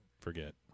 forget